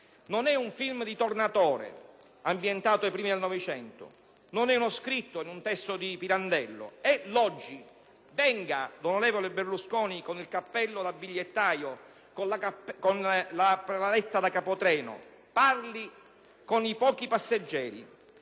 Non è un film di Tornatore, ambientato ai primi del '900, non è scritto in un testo di Pirandello: è l'oggi. Venga l'onorevole Berlusconi, con il cappello da bigliettaio e con la paletta da capotreno, parli con i pochi passeggeri